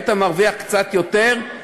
אם אתה מרוויח קצת יותר,